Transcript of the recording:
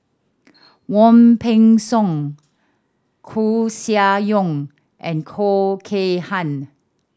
Wong Peng Soon Koeh Sia Yong and Khoo Kay Hian